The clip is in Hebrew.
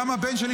גם הבן שלי,